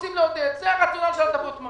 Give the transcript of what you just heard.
(הטבות מס